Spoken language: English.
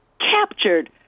captured